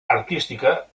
artística